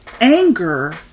anger